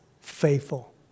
faithful